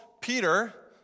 Peter